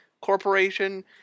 Corporation